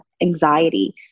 anxiety